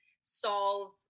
solve